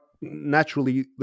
naturally